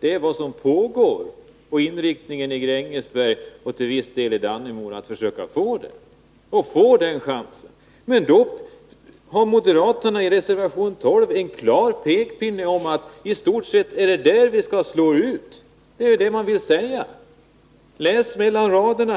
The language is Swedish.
nu om det som pågår när det gäller inriktningen i Grängesberg och till viss del i Dannemora för att man skall få en chans. Men då har moderaterna i reservation 12 en klar pekpinne att det i stort sett är dessa företag vi skall slå ut. Det är det man vill säga — läs mellan raderna!